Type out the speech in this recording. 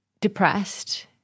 depressed